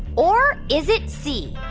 or is it c,